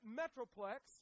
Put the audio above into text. metroplex